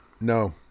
no